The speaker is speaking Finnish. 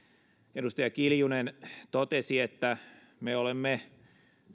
edustaja kiljunen totesi että me olemme